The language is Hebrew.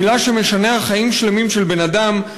מילה שמשנה חיים שלמים של בן-אדם,